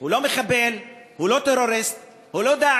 הוא לא מחבל, הוא לא טרוריסט, הוא לא "דאעש".